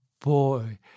boy